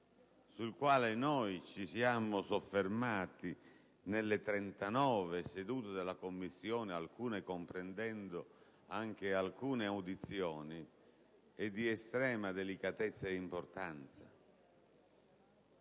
sul quale noi ci siamo soffermati nelle 39 sedute della Commissione, comprendendo anche alcune audizioni, sia di estrema delicatezza e importanza.